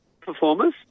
performers